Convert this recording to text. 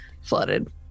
flooded